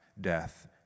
death